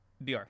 br